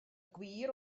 gwir